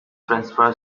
transfer